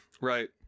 Right